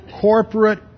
corporate